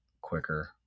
quicker